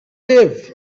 live